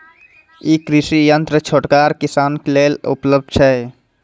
ई कृषि यंत्र छोटगर किसानक लेल उपलव्ध छै?